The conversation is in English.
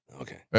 Okay